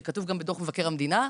זה כתוב גם בדוח מבקר המדינה,